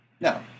No